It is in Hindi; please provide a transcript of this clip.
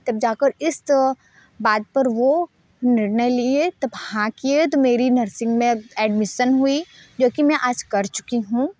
तब जा कर इस बात पर वो निर्णय लिए तब हाँ किए तो मेरी नर्सिंग में एडमिशन हुई जो कि मैं आज कर चुकि हूँ